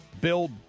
build